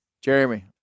Jeremy